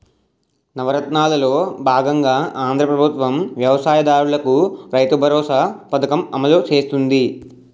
నవరత్నాలలో బాగంగా ఆంధ్రా ప్రభుత్వం వ్యవసాయ దారులకు రైతుబరోసా పథకం అమలు చేస్తుంది